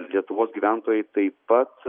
lietuvos gyventojai taip pat